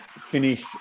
finish